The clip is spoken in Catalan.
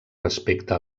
respecte